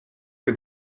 que